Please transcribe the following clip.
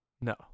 No